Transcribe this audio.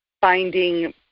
finding